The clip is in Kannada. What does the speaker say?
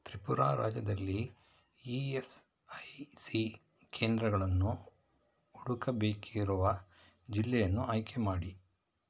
ತ್ರಿಪುರ ರಾಜ್ಯದಲ್ಲಿ ಇ ಎಸ್ ಐ ಸಿ ಕೇಂದ್ರಗಳನ್ನು ಹುಡುಕಬೇಕಿರುವ ಜಿಲ್ಲೆಯನ್ನು ಆಯ್ಕೆಮಾಡಿ